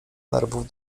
nerwów